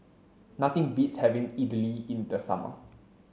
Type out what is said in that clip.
nothing beats having Idili in the summer